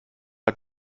hat